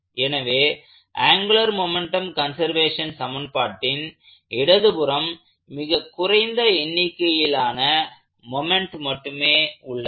எனவே angular momentum conservation சமன்பாட்டின் இடது புறம் மிகக் குறைந்த எண்ணிக்கையிலான மொமெண்ட் மட்டுமே உள்ளது